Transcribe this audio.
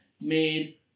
made